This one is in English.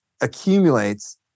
accumulates